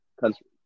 country